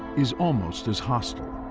is almost as hostile.